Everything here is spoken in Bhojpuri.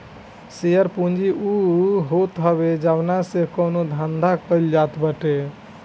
शेयर पूंजी उ होत हवे जवना से कवनो धंधा कईल जात बाटे